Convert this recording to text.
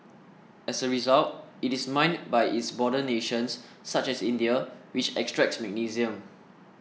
as a result it is mined by its border nations such as India which extracts magnesium